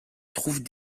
trouvent